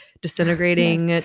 disintegrating